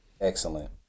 Excellent